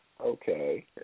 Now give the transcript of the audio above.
Okay